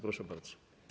Proszę bardzo.